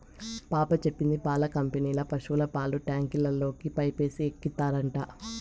పాప చెప్పింది పాల కంపెనీల పశుల పాలు ట్యాంకుల్లోకి పైపేసి ఎక్కిత్తారట